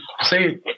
say